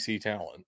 talent